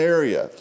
area